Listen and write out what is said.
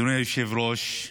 אדוני היושב-ראש,